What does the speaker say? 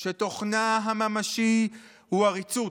שתוכנה הממשי הוא עריצות?